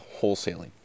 wholesaling